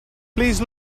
please